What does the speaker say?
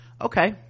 okay